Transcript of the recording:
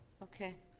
okay.